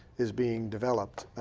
is being developed.